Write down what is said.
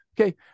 Okay